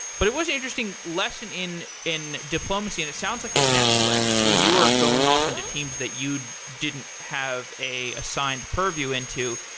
but it was an interesting lesson in in diplomacy, and it sounds like at netflix, when you were going off into teams that you didn't have a signed purview into,